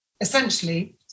essentially